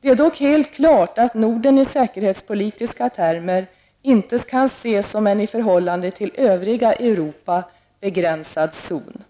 Det är dock helt klart att Norden i säkerhetspolitiska termer inte kan ses som en i förhållande till övriga Europa begränsad zon.